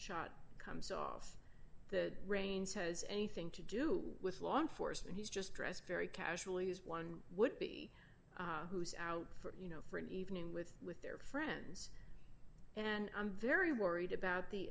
shot comes off the reins has anything to do with law enforcement he's just dressed very casually as one would be who is out for you know for an evening with with their friends and i'm very worried about the